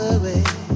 away